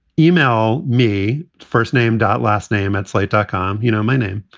email me. first name dot, last name at slate dot com. you know my name.